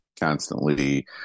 constantly